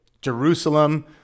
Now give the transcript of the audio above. Jerusalem